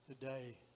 today